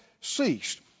ceased